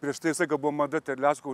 prieš tai visą laiką buvo mada terlecko